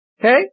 Okay